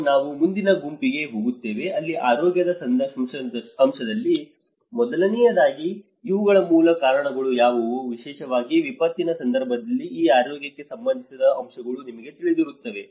ಮತ್ತು ನಾವು ಮುಂದಿನ ಗುಂಪಿಗೆ ಹೋಗುತ್ತೇವೆ ಅಲ್ಲಿ ಆರೋಗ್ಯದ ಅಂಶದಲ್ಲಿ ಮೊದಲನೆಯದಾಗಿ ಇವುಗಳ ಮೂಲ ಕಾರಣಗಳು ಯಾವುವು ವಿಶೇಷವಾಗಿ ವಿಪತ್ತಿನ ಸಂದರ್ಭದಲ್ಲಿ ಈ ಆರೋಗ್ಯಕ್ಕೆ ಸಂಬಂಧಿಸಿದ ಅಂಶಗಳು ನಿಮಗೆ ತಿಳಿದಿರುತ್ತವೆ